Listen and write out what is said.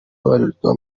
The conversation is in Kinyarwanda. babarirwa